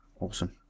awesome